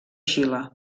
xile